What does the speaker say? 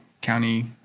county –